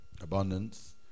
abundance